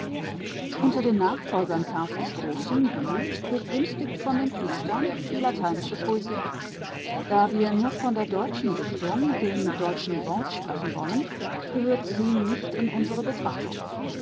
unter den nachfolgern karls des großen blüht begünstigt von den priestern die lateinische poesie da wir nur von der deutschen dichtung dem deutschen wort sprechen wollen gehört sie nicht in unsere betrachtung